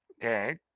Okay